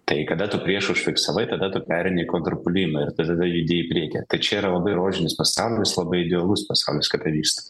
tai kada tu priešą užfiksavai tada tu pereini į kontrpuolimą ir tada judi į priekį tai čia yra labai rožinis pasaulis labai idealus pasaulis kada vyksta